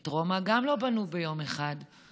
גם את רומא לא בנו ביום אחד,